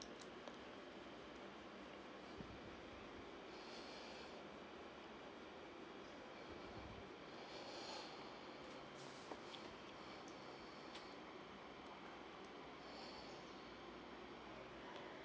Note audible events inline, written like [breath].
[breath] [breath] [breath]